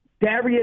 Darius